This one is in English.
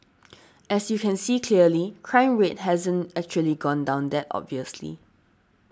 as you can see clearly crime rate hasn't actually gone down that obviously